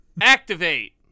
Activate